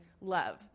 love